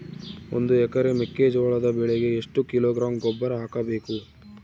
ಒಂದು ಎಕರೆ ಮೆಕ್ಕೆಜೋಳದ ಬೆಳೆಗೆ ಎಷ್ಟು ಕಿಲೋಗ್ರಾಂ ಗೊಬ್ಬರ ಹಾಕಬೇಕು?